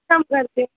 ਕੰਮ ਕਰਦੇ